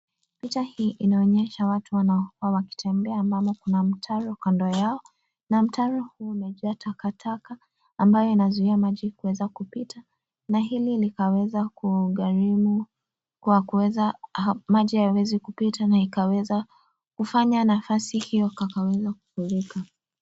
Picha hii inaonyesha watu wanaokua wakitembea ambamo kuna mtaro kando yao na mtaro huo umejaa takataka ambayo inazuia maji kuweza kupita na hili likaweza kugharimu kwa kuweza maji hawezi kupita na ikaweza kufanya nafasi hio kakaweza kuboreka.